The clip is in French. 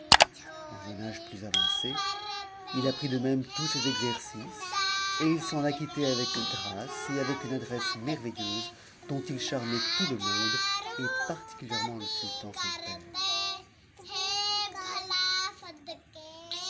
dans un âge plus avancé il apprit de même tous ses exercices et il s'en açquittait avec grâce et avec une adresse merveilleuse o'tt u charmait tout le monde et particulièrement le sultan son père